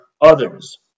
others